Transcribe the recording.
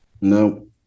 No